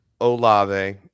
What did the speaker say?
Olave